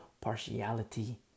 partiality